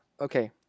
Okay